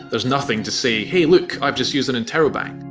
there's nothing to say, hey look, i've just used an interrobang!